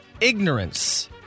ignorance